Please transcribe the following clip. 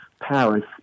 Paris